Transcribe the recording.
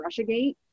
Russiagate